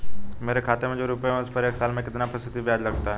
मेरे खाते में जो रुपये हैं उस पर एक साल में कितना फ़ीसदी ब्याज लगता है?